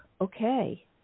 Okay